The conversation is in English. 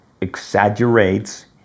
exaggerates